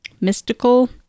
mystical